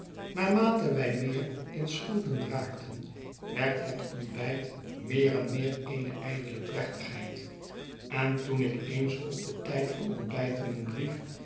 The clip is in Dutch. naarmate wij meer in schulden raakten werd het ontbijt meer en meer eene ijdele plechtigheid en toen ik eens op den tijd van ontbijten een brief